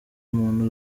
muntu